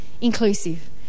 Inclusive